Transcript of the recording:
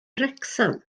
wrecsam